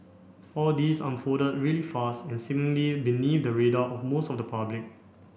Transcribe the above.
all this unfolded really fast and seemingly beneath the radar of most of the public